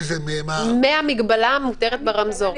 מהמגבלה המותרת ברמזור.